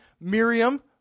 Miriam